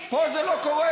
פה זה לא קורה.